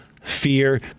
fear